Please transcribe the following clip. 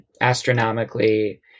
astronomically